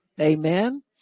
amen